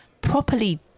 properly